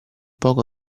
poco